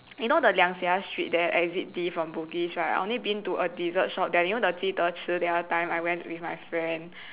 you know the liang seah street there exit D from Bugis right I only been to a dessert shop there you know the Ji-de-chi the other time I went with my friend